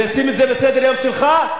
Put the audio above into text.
שים את זה בסדר-היום שלך,